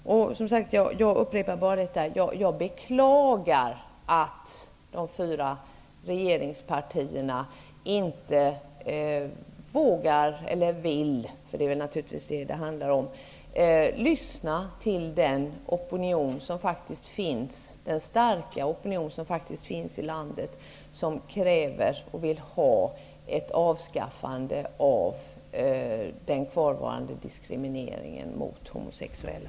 Jag beklagar att de fyra regeringspartierna inte vågar eller vill, för det är naturligtvis vad det handlar om, lyssna till den starka opinion som finns i landet och som kräver ett avskaffande av den kvarvarande diskrimineringen mot homosexuella.